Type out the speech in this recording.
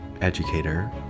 educator